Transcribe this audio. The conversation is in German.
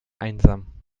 einsam